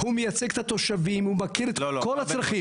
הוא מייצג את התושבים, הוא מכיר את כל הצרכים.